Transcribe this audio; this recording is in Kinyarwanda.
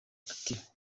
ati